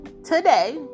today